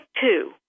two